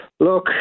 Look